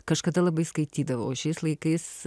kažkada labai skaitydavau o šiais laikais